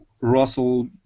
Russell